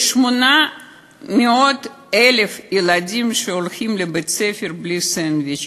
יש 800,000 ילדים שהולכים לבית-ספר בלי סנדוויץ'.